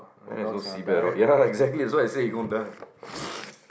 and has no seatbelt on ya exactly that's why I say he gonna die